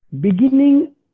beginning